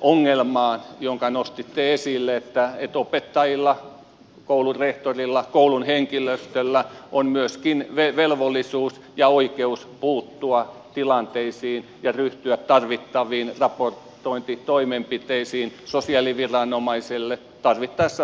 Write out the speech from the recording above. ongelmaan jonka nostitte esille niin että opettajilla koulun rehtorilla koulun henkilöstöllä on velvollisuus ja oikeus puuttua tilanteisiin ja ryhtyä tarvittaviin toimenpiteisiin sosiaaliviranomaisille tarvittaessa vaikkapa poliiseille raportoimiseksi